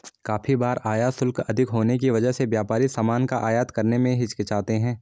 काफी बार आयात शुल्क अधिक होने की वजह से व्यापारी सामान का आयात करने में हिचकिचाते हैं